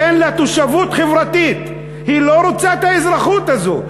תן לה תושבות חברתית, היא לא רוצה את האזרחות הזו.